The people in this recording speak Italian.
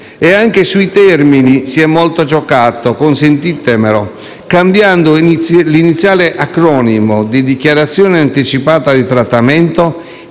Anche sui termini si è molto giocato, consentitemelo, cambiando l'iniziale acronimo di dichiarazione anticipata di trattamento